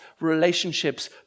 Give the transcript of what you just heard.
relationships